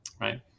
right